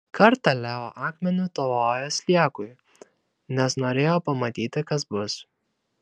kartą leo akmeniu tvojo sliekui nes norėjo pamatyti kas bus